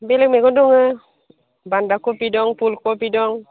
बेलेग मैगं दङ बान्दा कबि दं फुल कबि दं